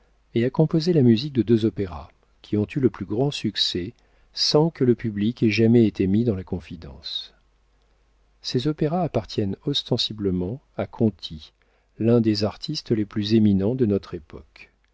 et a composé la musique de deux opéras qui ont eu le plus grand succès sans que le public ait jamais été mis dans la confidence ces opéras appartiennent ostensiblement à conti l'un des artistes les plus éminents de notre époque